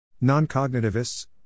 Non-cognitivists